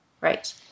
Right